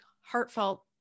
heartfelt